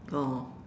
oh